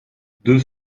deux